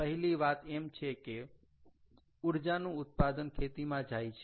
પહેલી વાત એમ છે કે ઊર્જાનું ઉત્પાદન ખેતીમાં જાય છે